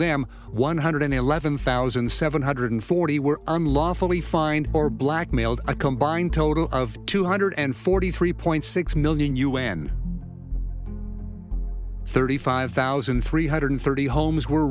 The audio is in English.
them one hundred and eleven thousand seven hundred forty were unlawfully fined or blackmailed a combined total of two hundred and forty three point six million un thirty five thousand three hundred thirty homes were